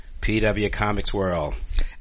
pwcomicsworld